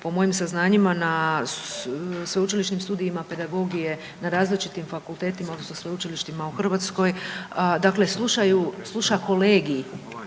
po mojim saznanjima na sveučilišnim studijima pedagogije na različitim fakultetima odnosno sveučilištima u Hrvatskoj dakle slušaju,